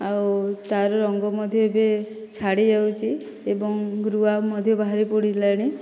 ଆଉ ତା'ର ରଙ୍ଗ ମଧ୍ୟ ଏବେ ଛାଡ଼ି ଯାଉଛି ଏବଂ ରୁଆ ମଧ୍ୟ ବାହାରି ପଡ଼ିଲାଣି